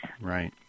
Right